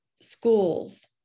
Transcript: schools